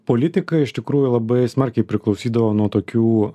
politikai iš tikrųjų labai smarkiai priklausydavo nuo tokių